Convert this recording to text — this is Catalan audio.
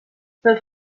pels